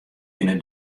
binne